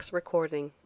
recording